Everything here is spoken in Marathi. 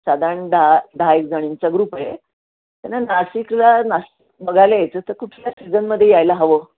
साधारण दहा दहा एक जणींचा ग्रुप आहे त्यांना नाशिकला नाशिक बघायला यायचं तर कुठल्या सीझनमध्ये यायला हवं